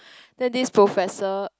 then this professor